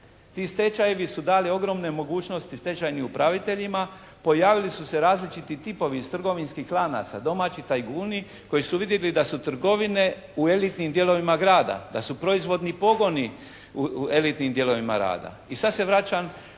Ti stečajevi su dali ogromne mogućnosti stečajnim upraviteljima, pojavili su se različiti tipovi iz trgovinskih lanaca, domaći tajkuni koji su uvidjeli da su trgovine u elitnim dijelovima grada, da su proizvodni pogoni u elitnim dijelovima grada.